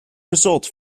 results